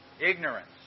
ignorance